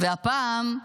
והפעם,